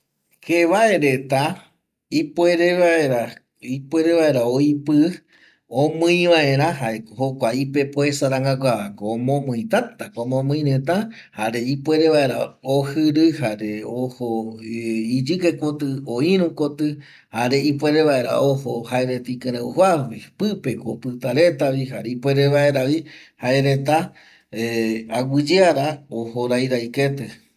Jevae reta ipuere vaera oipƚ omƚi vaera jaeko jokua ipepoesa rangaguavako omomƚi tätako omomƚi reta jare ipuere vaera ojƚirƚ jare ojo iyƚke kotƚ o iru kotƚ jare ipuere vaera ojo jaereta ikƚreƚ ojoa rupi pƚpeko opƚta retavi jare ipuere vaeravi jaeretga aguƚyera ojorai rai ketƚ